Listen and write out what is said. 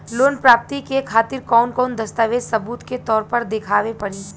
Loan प्राप्ति के खातिर कौन कौन दस्तावेज सबूत के तौर पर देखावे परी?